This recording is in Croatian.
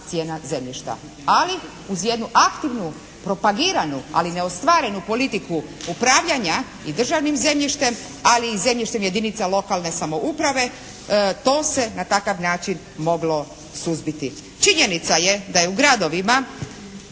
cijena zemljišta. Ali uz jednu aktivnu propagiranu ali neostvarenu politiku upravljanja i državnim zemljištem ali i zemljištem jedinica lokalne samouprave to se na takav način moglo suzbiti. Činjenica je da je u gradovima,